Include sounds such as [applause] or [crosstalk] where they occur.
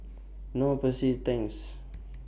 Knorr Persil Tangs [noise]